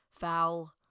foul